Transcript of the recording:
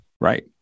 Right